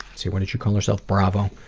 what did she call herself, bravo,